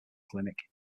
clinic